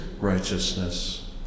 righteousness